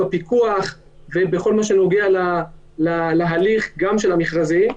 בפיקוח ובכל מה שנוגע להליך גם של המכרזים.